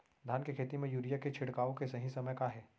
धान के खेती मा यूरिया के छिड़काओ के सही समय का हे?